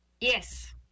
Yes